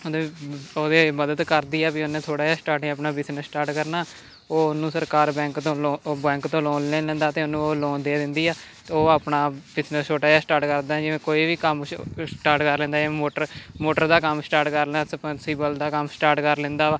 ਉਹਦੀ ਉਹਦੇ ਮਦਦ ਕਰਦੀ ਹੈ ਵੀ ਉਹਨੇ ਥੋੜ੍ਹਾ ਜਿਹਾ ਸਟਾਰਟਿੰਗ ਆਪਣਾ ਬਿਜ਼ਨਸ ਸਟਾਰਟ ਕਰਨਾ ਉਹ ਉਹਨੂੰ ਸਰਕਾਰ ਬੈਂਕ ਤੋਂ ਲੋ ਉਹ ਬੈਂਕ ਤੋਂ ਲੋਨ ਲੈਂ ਲੈਂਦਾ ਅਤੇ ਉਹਨੂੰ ਉਹ ਲੋਨ ਦੇ ਦਿੰਦੀ ਹੈ ਅਤੇ ਉਹ ਆਪਣਾ ਬਿਜ਼ਨਸ ਛੋਟਾ ਜਿਹਾ ਸਟਾਰਟ ਕਰਦਾ ਜਿਵੇਂ ਕੋਈ ਵੀ ਕੰਮ ਸ਼ ਸ਼ ਸਟਾਰਟ ਕਰ ਲੈਂਦਾ ਜਿਵੇਂ ਮੋਟਰ ਮੋਟਰ ਦਾ ਕੰਮ ਸਟਾਰਟ ਕਰਨਾ ਸਮਰਸੀਬਲ ਦਾ ਕੰਮ ਸਟਾਰਟ ਕਰ ਲੈਂਦਾ ਵਾ